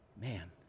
man